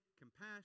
compassion